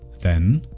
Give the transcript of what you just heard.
then,